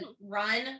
run